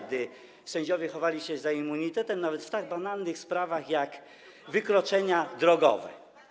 gdy sędziowie chowali się za immunitetem nawet w tak banalnych sprawach jak wykroczenia drogowe?